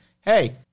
hey